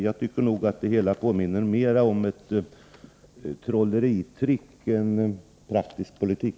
Jag tycker nog att det påminner mera om ett trolleritrick än om praktisk politik.